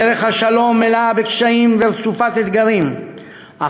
דרך השלום מלאה בקשיים ורצופת אתגרים,